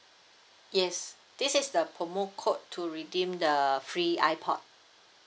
yes this is the promo code to redeem the free ipod